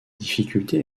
difficultés